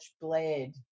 blade